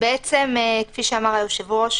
כפי שאמר היושב-ראש,